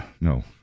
no